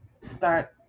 start